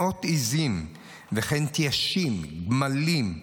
מאות עיזים וכן תיישים, גמלים,